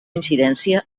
incidència